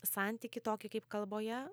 santykį tokį kaip kalboje